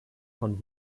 von